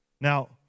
Now